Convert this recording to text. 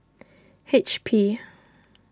H P